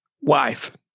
wife